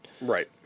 Right